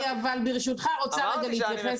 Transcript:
אני אבל, ברשותך, רוצה רגע להתייחס.